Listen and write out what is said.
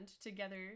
together